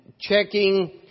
checking